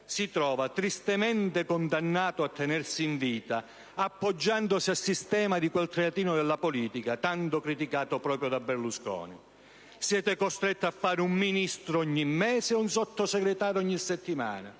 si trova tristemente condannato a tenersi in vita appoggiandosi a sistemi di quel teatrino della politica tanto criticato proprio da Berlusconi. Siete costretti a fare un Ministro ogni mese e un Sottosegretario ogni settimana.